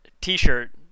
t-shirt